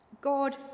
God